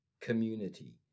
community